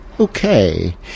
Okay